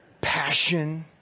passion